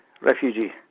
refugee